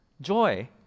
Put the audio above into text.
Joy